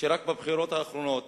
שרק בבחירות האחרונות